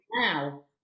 now